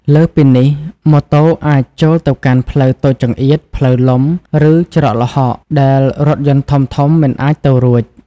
លើសពីនេះ ម៉ូតូអាច ចូលទៅកាន់ផ្លូវតូចចង្អៀត ផ្លូវលំ ឬច្រកល្ហកដែលរថយន្តធំៗមិនអាចទៅរួច។